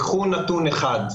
קחו נתון אחד: